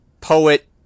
poet